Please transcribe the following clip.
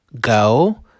go